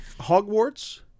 Hogwarts